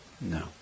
No